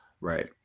Right